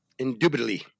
Indubitably